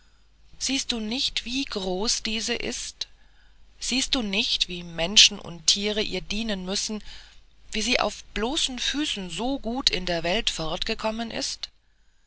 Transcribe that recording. siehst du nicht wie groß diese ist siehst du nicht wie menschen und tiere ihr dienen müssen wie sie auf bloßen füßen so gut in der welt fortgekommen ist